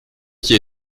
qui